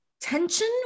tension